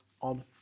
on